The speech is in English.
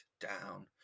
down